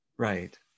Right